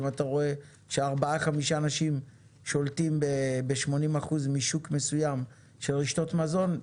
אם אתה רואה שארבעה-חמישה אנשים שולטים ב-80% משוק מסוים של רשתות מזון,